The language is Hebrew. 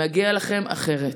מגיע לכם אחרת.